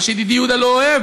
מה שידידי יהודה לא אוהב,